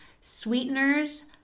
sweeteners